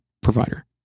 provider